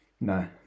No